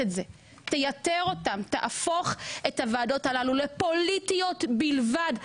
תהפוך את הוועדות הללו לפוליטיות בלבד.